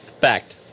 fact